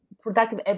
productive